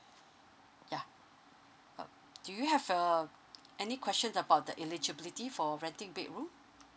ya uh do you have uh any questions about the eligibility for renting bedroom